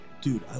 dude